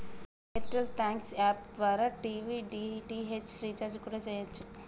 air tell thanks app TV DTH డీ.టి.హెచ్ రీచార్జి కూడా చెయ్యచ్చు